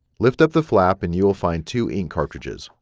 lift up the flap and you will find two ink cartridges.